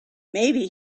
maybe